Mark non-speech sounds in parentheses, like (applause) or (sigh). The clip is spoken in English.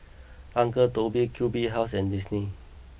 (noise) Uncle Toby's Q B House and Disney